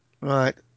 Right